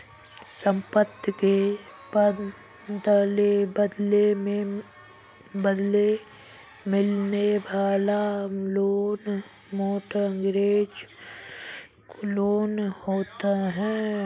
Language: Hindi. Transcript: संपत्ति के बदले मिलने वाला लोन मोर्टगेज लोन होता है